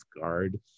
guard